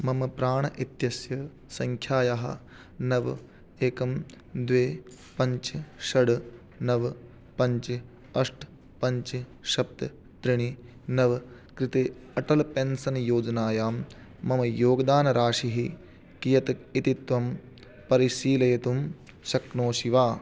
मम प्राणइत्यस्य सङ्ख्यायाः नव एकं द्वे पञ्च षड् नव पञ्च अष्ट पञ्च सप्त त्रीणि नव कृते अटल् पेन्सन् योजनायां मम योगदानराशिः कियत् इति त्वं परिशीलयितुं शक्नोषि वा